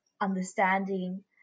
understanding